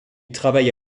travaille